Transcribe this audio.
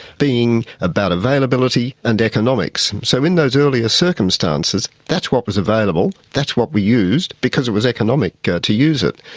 being about availability and economics. so in those earlier circumstances, that's, that's what was available, that's what we used, because it was economic to use it.